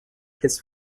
his